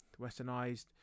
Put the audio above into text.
westernized